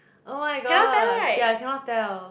oh my gosh ya cannot tell